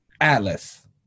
Atlas